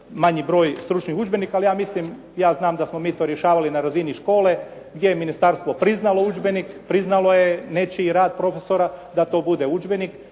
manji broj stručnih udžbenika ali ja mislim ja znam da smo mi to rješavali na razini škole gdje je ministarstvo priznalo udžbenik, priznalo je nečiji rad profesora da to bude udžbenik